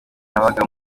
nabaga